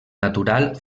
natural